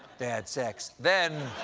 bad sex. then